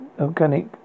organic